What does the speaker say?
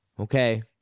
Okay